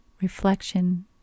Reflection